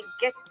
get